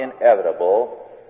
inevitable